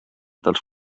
dels